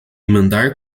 mandar